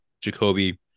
Jacoby